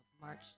March